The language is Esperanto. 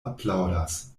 aplaŭdas